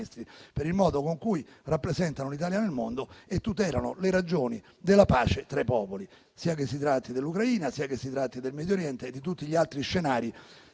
per il modo in cui rappresentano l'Italia nel mondo e tutelano le ragioni della pace tra i popoli, sia che si tratti dell'Ucraina, sia che si tratti del Medio Oriente e di tutti gli altri scenari